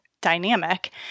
dynamic